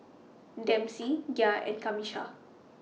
Dempsey Gia and Camisha